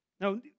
Now